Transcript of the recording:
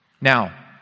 now